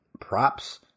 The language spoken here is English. props